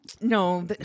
No